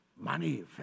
Money